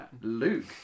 Luke